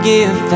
Give